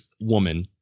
woman